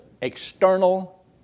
external